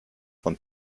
von